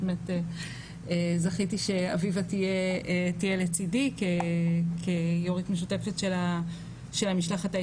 זכיתי שאביבה תהיה לצידי כיו"רית משותפת של המשלחת,